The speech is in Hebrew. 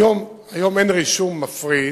היום אין רישום מפריד,